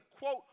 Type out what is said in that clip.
quote